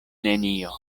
nenio